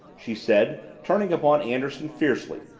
she said, turning upon anderson fiercely,